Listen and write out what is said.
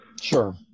Sure